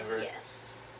Yes